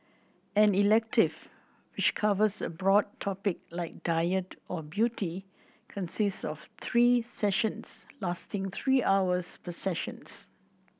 an elective which covers a broad topic like diet or beauty consists of three sessions lasting three hours per sessions